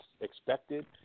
expected